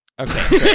Okay